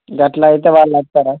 అట్లయితే వాళ్ళొస్తారా